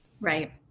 Right